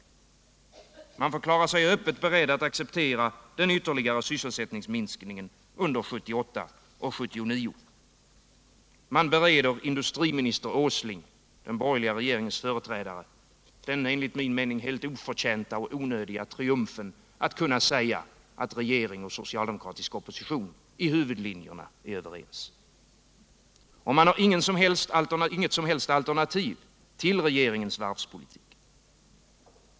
Man förklarar sig öppet beredd att acceptera den ytterligare sysselsättningsminskningen under 1978 och 1979. Man ger industriminister Åsling, den borgerliga regeringens företrädare, den enligt min mening helt oförtjänta och och onödiga triumfen att kunna säga att regering och socialdemokratisk opposition i huvudlinjerna är överens. Socialdemokraterna har inget som helst alternativ till regeringens varvspolitik.